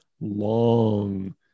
long